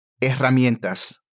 herramientas